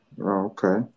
Okay